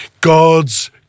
God's